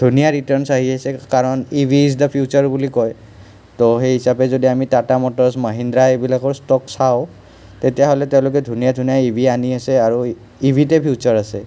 ধুনীয়া ৰিটাৰ্ণচ আহি আছে কাৰণ E V is the future বুলি কয় তো সেই হিচাপে যদি আমি টাটা মটৰচ্ মাহিন্দ্ৰা এইবিলাকৰ ষ্টক চাওঁ তেতিয়াহ'লে তেওঁলোকে ধুনীয়া ধুনীয়া ই ভি আনি আছে আৰু ই ভি তে ফিউচাৰ আছে